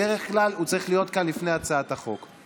בדרך כלל הוא צריך להיות כאן לפני הצעת החוק.